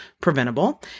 preventable